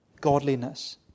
godliness